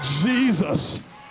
Jesus